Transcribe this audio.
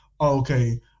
okay